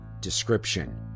Description